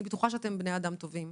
אני בטוחה שאתם בני אדם טובים.